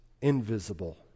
invisible